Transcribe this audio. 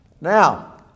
Now